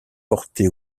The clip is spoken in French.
porté